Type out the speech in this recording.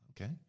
Okay